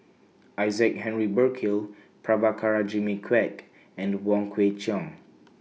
Isaac Henry Burkill Prabhakara Jimmy Quek and Wong Kwei Cheong